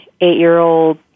eight-year-old